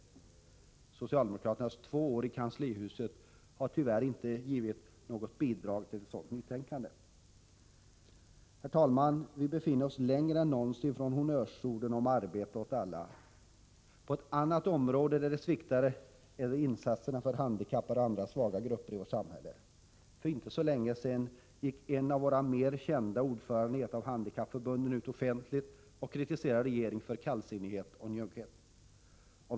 Socialdemokraternas två år i kanslihuset har tyvärr inte givit något bidrag till ett sådant nytänkande. Herr talman! Vi befinner oss nu längre bort än någonsin från målet och honnörsordet om arbete åt alla. Ett annat område där det sviktar är insatser för de handikappade och andra svaga grupper i vårt samhälle. För inte så länge sedan gick en känd ordförande i ett av handikappförbunden ut offentligt med kritik av regeringen för dess kallsinnighet och njugghet.